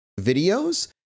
videos